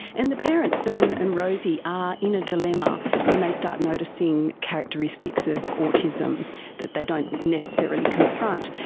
and the parents, don and rosie, are in a dilemma when they started noticing characteristics of autism that they don't necessarily confront.